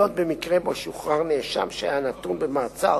זאת, במקרה שבו שוחרר נאשם שהיה נתון במעצר